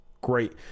great